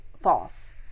false